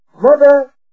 Mother